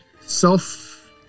self